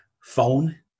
phone